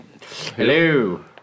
Hello